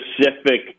specific